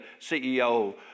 CEO